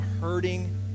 hurting